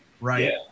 right